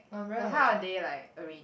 like how are they like arranged